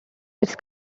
its